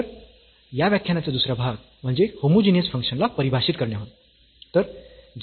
तर या व्याख्यानाचा दुसरा भाग म्हणजे होमोजीनियस फंक्शन्सला परिभाषित करणे होय